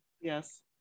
Yes